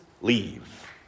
leave